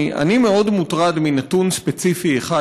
אני מאוד מוטרד מנתון ספציפי אחד,